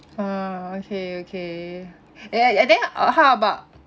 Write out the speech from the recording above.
ah okay okay and and then uh how about